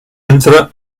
entra